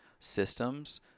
Systems